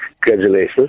Congratulations